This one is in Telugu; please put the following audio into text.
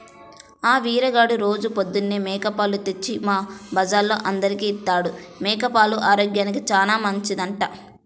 ఆ వీరిగాడు రోజూ పొద్దన్నే మేక పాలు తెచ్చి మా బజార్లో అందరికీ ఇత్తాడు, మేక పాలు ఆరోగ్యానికి చానా మంచిదంట